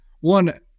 one –